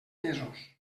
mesos